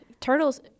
turtles